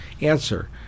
Answer